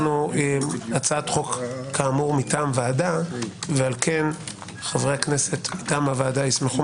הצעת חוק כאמור מטעם ועדה ועל כן חברי הכנסת גם הוועדה ישמחו